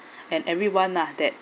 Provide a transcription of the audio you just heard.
and everyone lah that